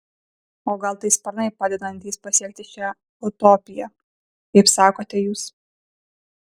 o gal tai sparnai padedantys pasiekti šią utopiją kaip sakote jūs